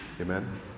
Amen